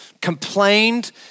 complained